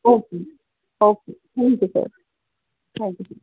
okay okay thank you sir thank you ji